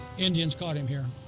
indians caught him here,